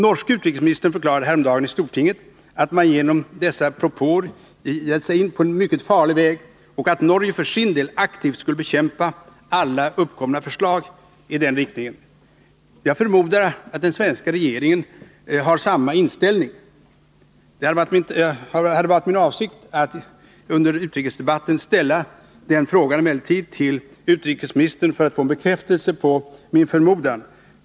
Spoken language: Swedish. Norske utrikesministern förklarade häromdagen i stortinget att man genom dessa propåer gett sig in på en mycket farlig väg och att Norge för sin del aktivt skulle bekämpa alla uppkomna förslag i den riktningen. Jag förmodar att den svenska regeringen har samma inställning. Det var min avsikt att i utrikesdebatten ställa den frågan till utrikesministern för att få bekräftelse på min förmodan.